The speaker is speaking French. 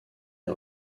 est